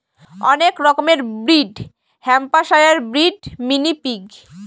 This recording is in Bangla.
অনেক রকমের ব্রিড হ্যাম্পশায়ারব্রিড, মিনি পিগ